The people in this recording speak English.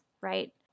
right